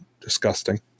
disgusting